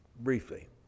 briefly